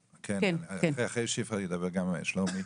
אחרי שפרה ידבר גם שלומי,